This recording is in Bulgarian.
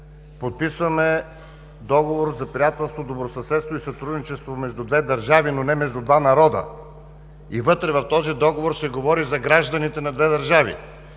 Подписваме договор за приятелство, добросъседство и сътрудничество между две държави, но не между два народа, и вътре в този договор се говори за гражданите на две държави.